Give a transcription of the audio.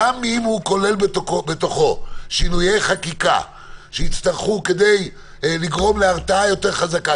גם אם הוא כולל בתוכו שינויי חקיקה שיצטרכו כדי לגרום להרתעה יותר חזקה,